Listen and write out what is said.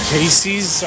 Casey's